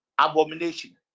Abomination